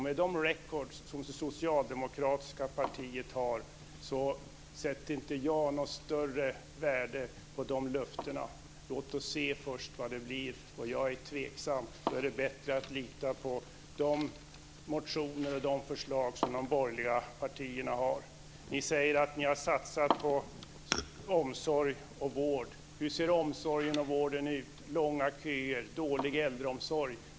Med de records som det socialdemokratiska partiet har sätter inte jag något större värde på de löftena. Låt oss först se vad det blir. Jag är tveksam. Då är det bättre att lita på de motioner och de förslag som de borgerliga partierna har. Ni säger att ni har satsat på omsorg och vård. Hur ser omsorgen och vården ut? Det är långa köer och dålig äldreomsorg.